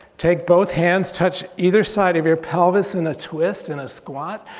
take both hands, touch either side of your pelvis and a twist and a squat.